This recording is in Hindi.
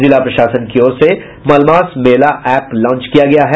जिला प्रशासन की ओर से मलमास मेला एप लॉच किया गया है